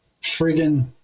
friggin